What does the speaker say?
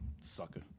Sucker